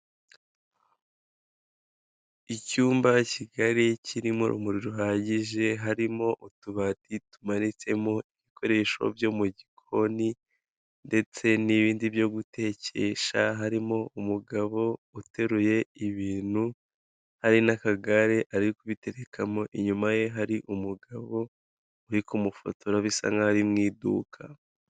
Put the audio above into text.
Icyumba kigari kirimo urumuri ruhagije harimo utubati tumanitsemo ibikoresho byo mu gikoni ndetse n'ibindi byo gutekesha, harimo umugabo uteruye ibintu, hari n'akagare ari kubiterekamo, inyuma ye hari umugabo uri kumufotora bisa nk'aho ari mu iduka.